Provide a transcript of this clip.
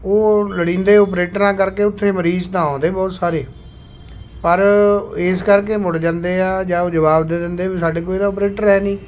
ਉਹ ਲੋੜੀਂਦੇ ਓਪਰੇਟਰਾਂ ਕਰਕੇ ਉੱਥੇ ਮਰੀਜ਼ ਤਾਂ ਆਉਂਦੇ ਬਹੁਤ ਸਾਰੇ ਪਰ ਇਸ ਕਰਕੇ ਮੁੜ ਜਾਂਦੇ ਹੈ ਜਾਂ ਉਹ ਜਵਾਬ ਦੇ ਦਿੰਦੇ ਵੀ ਸਾਡੇ ਕੋਲ ਇਹਦਾ ਓਪਰੇਟਰ ਹੈ ਨਹੀਂ